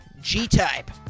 g-type